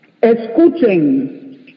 escuchen